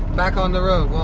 back on the road.